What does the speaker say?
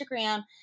Instagram